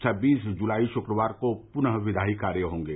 छब्बीस जुलाई शुक्रवार को पुनः विधायी कार्य होंगे